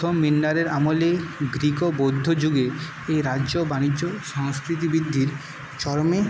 প্রথম বিন্দারের আমলে গ্রীক ও বৌদ্ধ যুগে এই রাজ্য বাণিজ্য সংস্কৃতি বৃদ্ধির চরমে